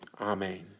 Amen